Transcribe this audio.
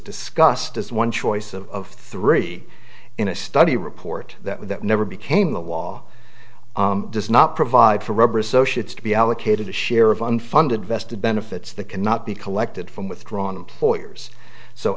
discussed as one choice of three in a study report that never became the law does not provide for rubber associates to be allocated a share of unfunded vested benefits that cannot be collected from withdrawn employers so